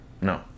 No